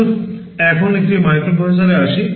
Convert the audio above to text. আসুন এখন একটি মাইক্রোপ্রসেসরে আসি